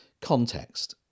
Context